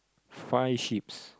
five sheep's